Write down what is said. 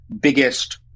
biggest